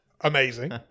Amazing